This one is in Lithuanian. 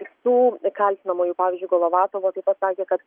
kitų kaltinamųjų pavyzdžiui golovatovo taip pat sakė kad